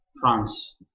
France